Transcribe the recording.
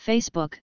Facebook